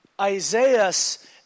Isaiah's